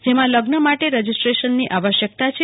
જેમાં લગ્ન માટે રજિસ્ટ્રેશનની આવશ્યકતા છે